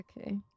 Okay